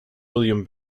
william